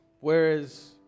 Whereas